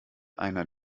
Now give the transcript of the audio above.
einer